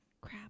Crap